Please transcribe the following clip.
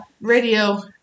radio